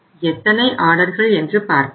எத்தனை ஆர்டர்கள் என்று பார்ப்போம்